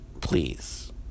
Please